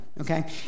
okay